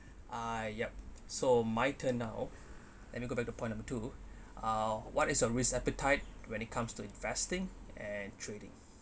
uh yup so my turn now let me go back to point number two uh what is a risk appetite when it comes to investing and trading